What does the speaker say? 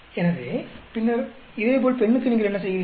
எனவே பின்னர் இதேபோல் பெண்ணுக்கு நீங்கள் என்ன செய்கிறீர்கள்